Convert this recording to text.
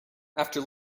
after